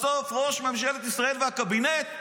בסוף, ראש ממשלת ישראל והקבינט,